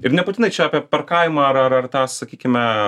ir nebūtinai čia apie parkavimą ar ar ar tą sakykime